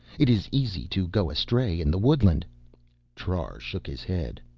it is easy to go astray in the woodland trar shook his head.